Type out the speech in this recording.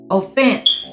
offense